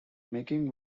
making